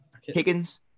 Higgins